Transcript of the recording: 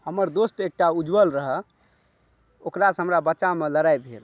हमर दोस्त एकटा उज्ज्वल रहए ओकरासँ हमरा बच्चामे लड़ाइ भेल